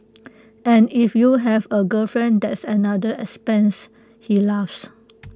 and if you have A girlfriend that's another expense he laughs